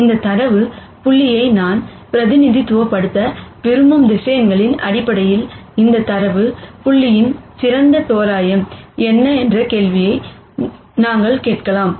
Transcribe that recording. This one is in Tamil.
எனவே இந்த டேட்டா புள்ளியை நான் பிரதிநிதித்துவப்படுத்த விரும்பும் வெக்டார்களின் அடிப்படையில் இந்த டேட்டா புள்ளியின் சிறந்த தோராயம் என்ன என்ற கேள்வியை கேட்கலாம்